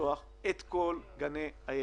לפתוח את כל גני הילדים,